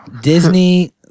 Disney